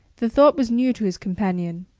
the thought was new to his companion.